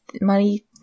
money